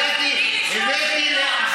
תגידי מילה טובה.